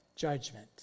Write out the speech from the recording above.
Judgment